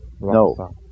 No